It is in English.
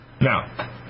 Now